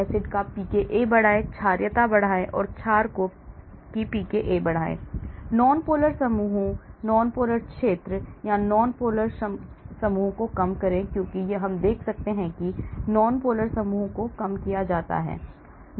acid का pKa बढ़ाएं क्षारीयता बढ़ाएं क्षार की pKa बढ़ाएं नॉनपोलर समूहों नॉनपोलर क्षेत्र या नॉनपोलर समूहों को कम करें क्योंकि हम देख सकते हैं कि नॉनपोलर समूहों को कम किया जाता है